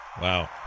Wow